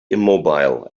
immobile